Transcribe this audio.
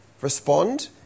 respond